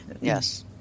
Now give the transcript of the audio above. yes